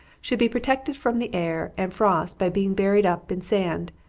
should be protected from the air and frost by being buried up in sand,